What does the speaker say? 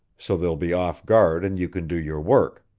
so they'll be off guard and you can do your work.